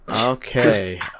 Okay